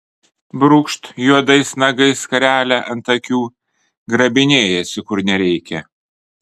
brūkšt juodais nagais skarelę ant akių grabinėjasi kur nereikia